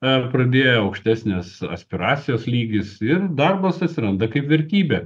ar pradėjo aukštesnis aspiracijos lygis ir darbas atsiranda kaip vertybė